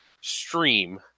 stream